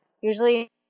usually